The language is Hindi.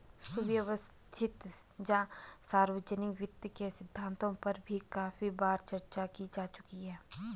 सुव्यवस्थित सार्वजनिक वित्त के सिद्धांतों पर भी काफी बार चर्चा की जा चुकी है